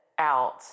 out